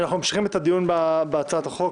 אנחנו ממשיכים את הדיון בהצעת החוק,